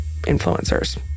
influencers